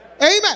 Amen